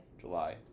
July